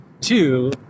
Two